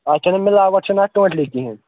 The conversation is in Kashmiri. اَتھ چھَنہٕ مِلاوٹھ چھِنہٕ اتھ ٹوٹلی کِہیٖنۍ